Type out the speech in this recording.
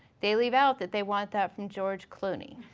they leave out that they want that from george clooney.